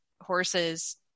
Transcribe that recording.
horses